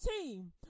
team